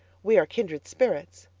we are kindred spirits.